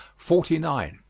forty nine.